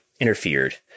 interfered